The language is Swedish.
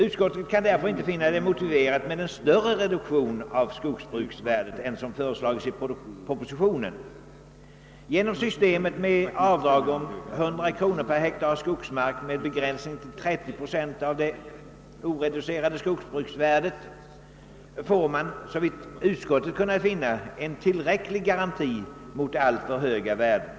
Utskottet kan därför inte finna det motiverat med någon större reduktion av skogsbruksvärdet än den som föreslagits i propositionen. Genom avdraget med 100 kronor per hektar skogsmark med begränsning till 30 procent av det oreducerade skogsbruksvärdet får man, såvitt utskottet kunnat finna, en tillräcklig garanti mot alltför höga värden.